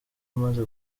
umaze